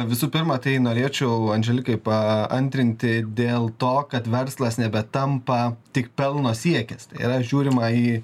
visų pirma tai norėčiau andželikai paantrinti dėl to kad verslas nebetampa tik pelno siekis tai yra žiūrima į